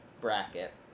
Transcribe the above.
bracket